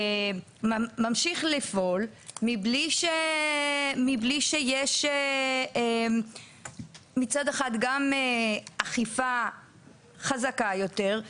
ממשיך לפעול מבלי שיש מצד אחד גם אכיפה חזקה יותר,